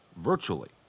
virtually